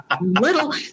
little